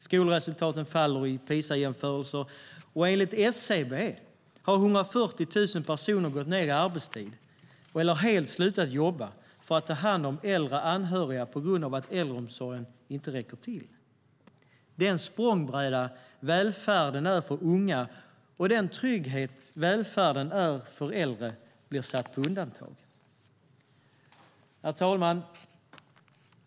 Skolresultaten faller i PISA-jämförelser, och enligt SCB har 140 000 personer gått ned i arbetstid eller helt slutat jobba för att ta hand om äldre anhöriga på grund av att äldreomsorgen inte räcker till. Den språngbräda som välfärden är för unga och den trygghet som välfärden är för äldre blir satt på undantag. Herr talman!